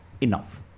enough